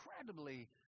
incredibly